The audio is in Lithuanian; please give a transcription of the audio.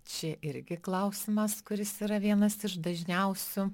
čia irgi klausimas kuris yra vienas iš dažniausių